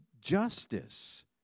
justice